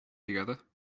together